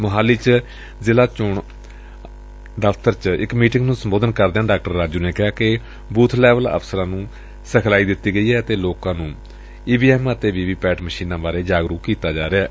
ਮੋਹਾਲੀ ਚ ਜ਼ਿਲ੍ਹਾ ਚੋਣ ਦਫ਼ਤਰ ਵਿਚ ਇਕ ਮੀਟਿੰਗ ਨੂੰ ਸੰਬੋਧਨ ਕਰਦਿਆਂ ਡਾ ਰਾਜੁ ਨੇ ਕਿਹਾ ਕਿ ਬੂਬ ਲੈਵਲ ਅਫਸਰ ਨੂੰ ਸਿਖਲਾਈ ਦਿੱਤੀ ਗਈ ਏ ਅਤੇ ਲੋਕਾ ਨੂੰ ਈ ਵੀ ਵੈਮ ਅਤੇ ਵੀ ਵੀ ਪੈਟ ਮਸ਼ੀਨਾ ਬਾਰੇ ਜਾਗਰੂਕ ਕੀਤਾ ਜਾ ਰਿਹੈ